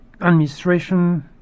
administration